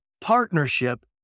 partnership